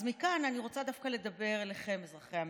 אז מכאן אני רוצה דווקא לדבר אליכם, אזרחי המדינה.